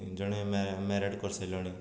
ଜଣେ ମ୍ୟରେଡ଼୍ କରି ସାରିଲଣି